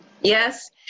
Yes